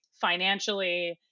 financially